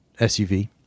SUV